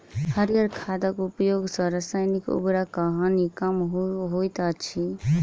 हरीयर खादक उपयोग सॅ रासायनिक उर्वरकक हानि कम होइत अछि